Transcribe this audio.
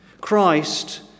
Christ